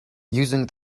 using